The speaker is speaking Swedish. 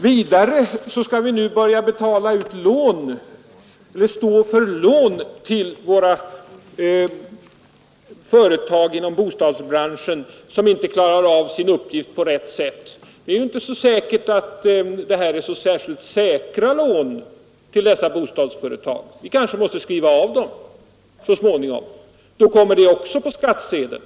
Vidare skall vi nu börja stå för lån till våra företag inom bostadsbranschen, som inte klarar av sin uppgift på rätt sätt. Vi vet inte om detta är säkra lån; så småningom måste vi kanske skriva av dem, och då kommer även detta på skattsedeln.